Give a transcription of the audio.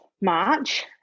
March